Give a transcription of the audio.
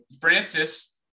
Francis